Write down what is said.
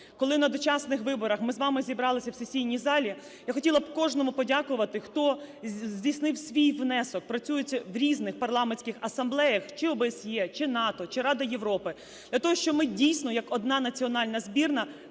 коли на дочасних виборах ми з вами зібралися в сесійній залі, я хотіла б кожному подякувати, хто здійснив свій внесок, працюючи в різних парламентських асамблеях (чи ОБСЄ, чи НАТО, чи Рада Європи) для того, щоб ми дійсно як одна національна збірна